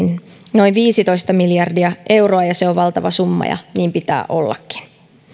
noin viisitoista miljardia euroa se on valtava summa ja niin pitää ollakin